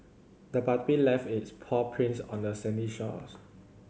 the puppy left its paw prints on the sandy shores